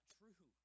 true